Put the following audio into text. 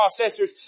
processors